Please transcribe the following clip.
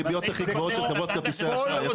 הריביות הכי גבוהות של חברות כרטיסי האשראי.